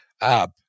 app